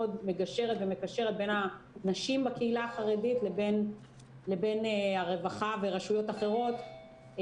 מגשרת ומקשרת בין נשים בקהילה החרדית לבין הרווחה ורשויות אחרות.